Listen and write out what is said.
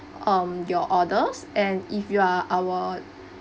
um your orders and if you are our